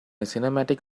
cinematic